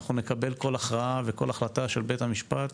ואנחנו נקבל כל הכרעה וכל החלטה של בית-המשפט.